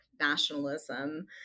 nationalism